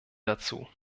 dazu